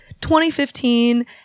2015